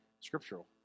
scriptural